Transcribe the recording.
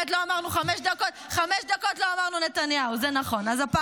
אמרתי יאיר נתניהו.